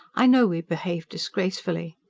i know we behaved disgracefully.